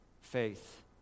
faith